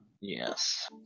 Yes